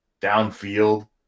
downfield